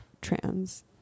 trans